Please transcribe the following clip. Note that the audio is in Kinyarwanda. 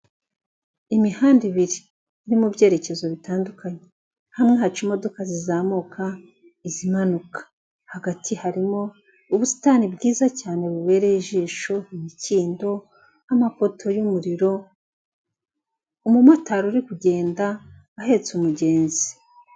Imihanda ibiri iri mu byerekezo bitandukanye hamwe haca imodoka zizamuka, izimanuka, hagati harimo ubusitani bwiza cyane bubereye ijisho, imikindo n'amapoto y'umuriro. Umumotari uri kugenda ahetse umugenzi.